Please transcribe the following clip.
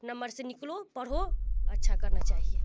number से निकलो पढ़ो अच्छा करना चाहिए